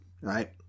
right